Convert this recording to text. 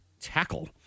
tackle